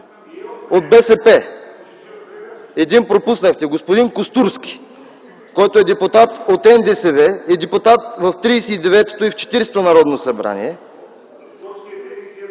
От БСП! Един пропуснахте, господин Костурски, който е депутат от НДСВ, депутат в 39-то и 40-то Народно събрание..